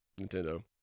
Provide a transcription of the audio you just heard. Nintendo